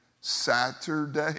Saturday